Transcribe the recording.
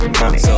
money